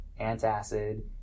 antacid